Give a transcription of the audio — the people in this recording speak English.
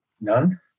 none